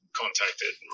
contacted